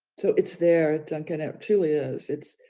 so it's there duncan it truly is, it's,